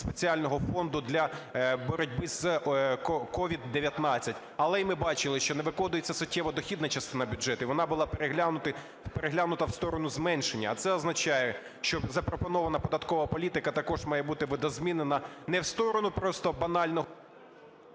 спеціального фонду для боротьби з CОVID-19, але й ми бачили, що не виконується суттєво дохідна частина бюджету, і вона була переглянута в сторону зменшення. А це означає, що запропонована податкова політика також має бути видозмінена не в сторону просто банального…